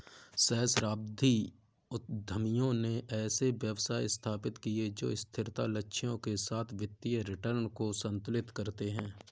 सहस्राब्दी उद्यमियों ने ऐसे व्यवसाय स्थापित किए जो स्थिरता लक्ष्यों के साथ वित्तीय रिटर्न को संतुलित करते हैं